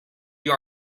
you